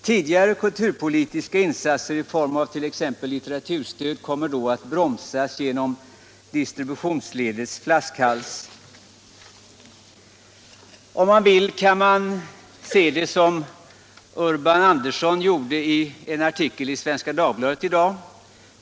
Tidigare kulturpolitiska insatser i form av t.ex. litteraturstöd kommer då att bromsas genom distributionsledets flaskhals. Om man vill kan man se det som Urban Andersson gjorde i en artikel i Svenska Dagbladet i dag.